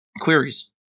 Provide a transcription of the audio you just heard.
queries